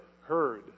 heard